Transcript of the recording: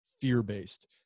fear-based